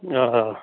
آ